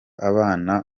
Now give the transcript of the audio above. abana